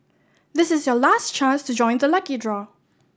this is your last chance to join the lucky draw